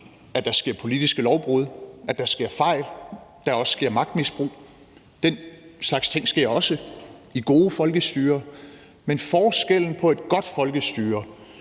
at der sker politiske lovbrud, at der sker fejl, og også det, at der sker magtmisbrug. Den slags ting sker også der, hvor der er et godt folkestyre. Men forskellen på et godt folkestyre